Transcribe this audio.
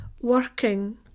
working